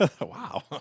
Wow